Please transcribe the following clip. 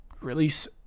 release